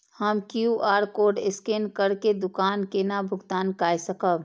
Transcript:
हम QR code scan करके दुकान केना भुगतान काय सकब?